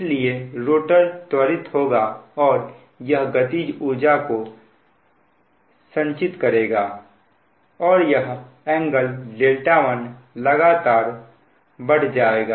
इसलिए रोटर त्वरित होगा और यह गतिज ऊर्जा का संचयन करेगा और यह एंगल δ1 लगातार बढ़ जाएगा